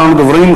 אחרון הדוברים,